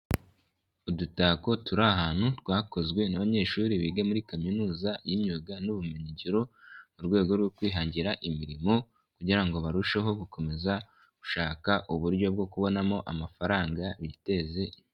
Udutako turi ahantu twakozwe n'abanyeshuri biga muri kaminuza y'imyuga n'ubumenyingiro, mu rwego rwo kwihangira imirimo kugira ngo barusheho gukomeza gushaka uburyo bwo kubonamo amafaranga biteze imbere.